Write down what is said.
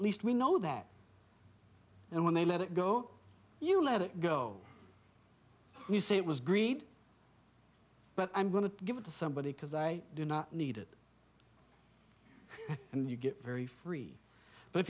at least we know that and when they let it go you let it go you say it was greed but i'm going to give it to somebody because i do not need it and you get very free but if